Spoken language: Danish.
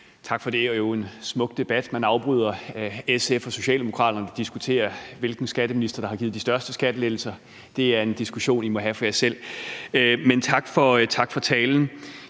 Tak for det. Det er jo en smuk debat, man afbryder. SF og Socialdemokraterne diskuterer, hvilken skatteminister der har givet de største skattelettelser. Det er en diskussion, I må have for jer selv. Men tak for talen.